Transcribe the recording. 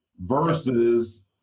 Versus